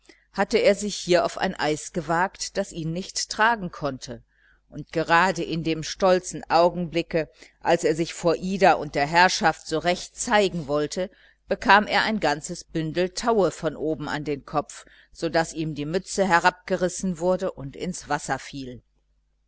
hatte er sich hier auf ein eis gewagt das ihn nicht tragen konnte und gerade in dem stolzen augenblicke als er sich vor ida und der herrschaft so recht zeigen wollte bekam er ein ganzes bündel taue von oben an den kopf so daß ihm die mütze herabgerissen wurde und ins wasser fiel